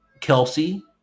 Kelsey